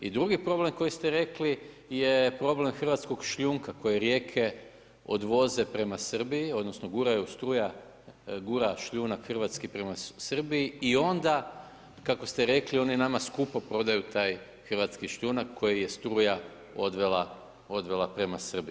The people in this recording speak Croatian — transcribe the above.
I drugi problem koji ste rekli je problem hrvatskog šljunka kojeg rijeke odvoze prema Srbiji, odnosno guraju, struja gura šljunak hrvatski prema Srbiji i onda kako ste rekli oni nama skupo prodaju taj hrvatski šljunak koji je struja odvela prema Srbiji.